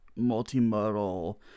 multimodal